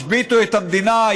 השביתו את המדינה,